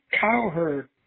Cowherd